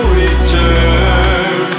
return